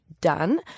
done